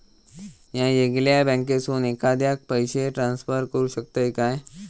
म्या येगल्या बँकेसून एखाद्याक पयशे ट्रान्सफर करू शकतय काय?